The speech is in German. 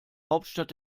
hauptstadt